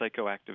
psychoactive